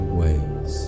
ways